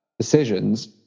decisions